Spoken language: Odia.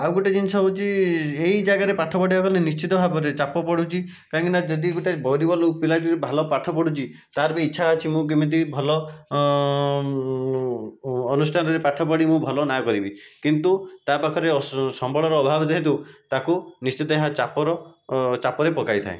ଆଉ ଗୋଟିଏ ଜିନିଷ ହେଉଛି ଏହି ଜାଗାରେ ପାଠ ପଢ଼ିବାକୁ ହେଲେ ନିଶ୍ଚିତ ଭାବରେ ଚାପ ପଡ଼ୁଛି କାହିଁକିନା ଯଦି ଗୋଟିଏ ଗରିବ ଲୋକ ପିଲାଟି ଭାଲ ପାଠ ପଢ଼ୁଛି ତାର ବି ଇଚ୍ଛା ଅଛି ମୁଁ କେମିତି ଭଲ ଅନୁଷ୍ଠାନରେ ପାଠ ପଢ଼ି ମୁଁ ଭଲ ନାଁ କରିବି କିନ୍ତୁ ତା ପାଖରେ ସମ୍ବଳର ଅଭାବ ଯେହେତୁ ତାକୁ ନିଶ୍ଚିତ ଏହା ଚାପର ଚାପରେ ପକାଇଥାଏ